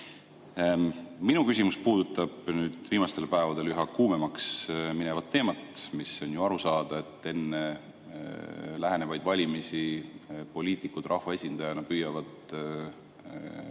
Minu küsimus puudutab nüüd viimastel päevadel üha kuumemaks minevat teemat. On ju aru saada, et enne lähenevaid valimisi poliitikud rahvaesindajana püüavad aru